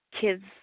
Kids